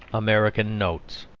american notes